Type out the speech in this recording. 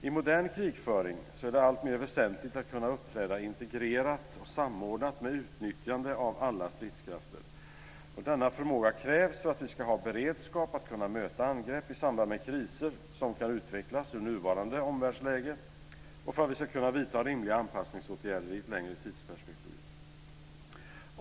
I modern krigföring är det alltmer väsentligt att kunna uppträda integrerat och samordnat med utnyttjande av alla stridskrafter. Denna förmåga krävs för att vi ska ha beredskap att kunna möta angrepp i samband med kriser som kan utvecklas ur nuvarande omvärldsläge och för att vi ska kunna vidta rimliga anpassningsåtgärder i ett längre tidsperspektiv.